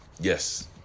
Yes